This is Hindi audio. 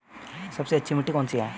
सबसे अच्छी मिट्टी कौन सी है?